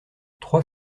trois